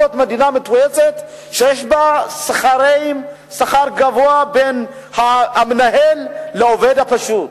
מדינה מתועשת שיש בה פער גבוה בין המנהל לעובד הפשוט.